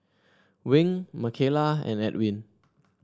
Wing Micayla and Edwin